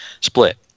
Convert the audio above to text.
split